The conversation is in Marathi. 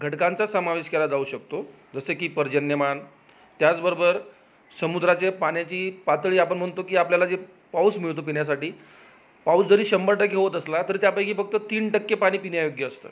घटकांचा समावेश केला जाऊ शकतो जसं की पर्जन्यमान त्याचबरोबर समुद्राचे पाण्याची पातळी आपण म्हणतो की आपल्याला जे पाऊस मिळतो पिण्यासाठी पाऊस जरी शंभर टक्के होत असला तरी त्यापैकी फक्त तीन टक्के पाणी पिण्यायोग्य असतं